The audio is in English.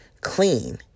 clean